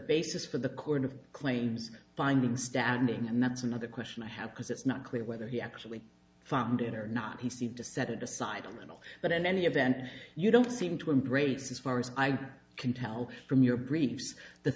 basis for the court of claims finding standing and that's another question i have because it's not clear whether he actually found in or not he seemed to set it aside but in any event you don't seem to embrace as far as i can tell from your briefs the